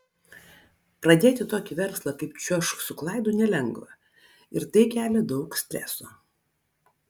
pradėti tokį verslą kaip čiuožk su klaidu nelengva ir tai kelia daug streso